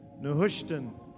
Nehushtan